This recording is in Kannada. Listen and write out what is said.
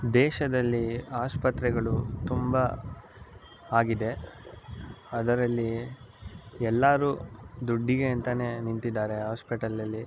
ದೇಶದಲ್ಲಿ ಆಸ್ಪತ್ರೆಗಳು ತುಂಬ ಆಗಿದೆ ಅದರಲ್ಲಿ ಎಲ್ಲರೂ ದುಡ್ಡಿಗೆ ಅಂತಲೇ ನಿಂತಿದ್ದಾರೆ ಆಸ್ಪೆಟಲಲ್ಲಿ